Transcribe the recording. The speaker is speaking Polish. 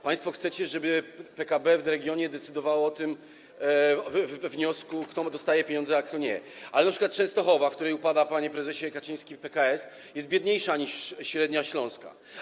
Państwo chcecie, żeby PKB w regionie decydowało o tym wniosku, kto dostaje pieniądze, a kto nie, ale np. Częstochowa, w której upada PKS, panie prezesie Kaczyński, jest biedniejsza niż średnia Śląska.